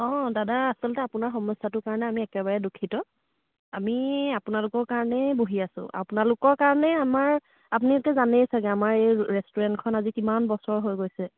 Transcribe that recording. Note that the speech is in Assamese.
অঁ দাদা আচলতে আপোনাৰ সমস্যাটোৰ কাৰণে আমি একেবাৰে দুঃখিত আমি আপোনালোকৰ কাৰণেই বহি আছোঁ আপোনালোকৰ কাৰণেই আমাৰ আপুনি এতিয়া জানেই ছাগৈ আমাৰ এই ৰেষ্টুৰেণ্টখন আজি কিমান বছৰ হৈ গৈছে